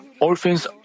Orphans